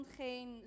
geen